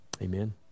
Amen